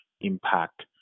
impact